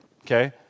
okay